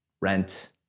rent